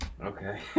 Okay